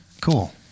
cool